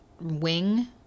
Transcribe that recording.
wing